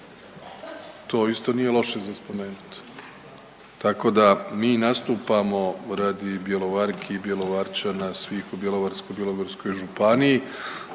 To isto nije loše za spomenuti. Tako da mi nastupamo radi Bjelovarki i radi Bjelovarčana svih u Bjelovarsko-bilogorskoj županiji